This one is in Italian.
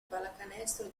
pallacanestro